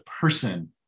person